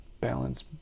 balance